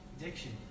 addiction